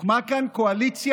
הוקמה כאן קואליציה